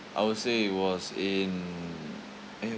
I would say it was in eh